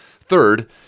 third